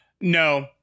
No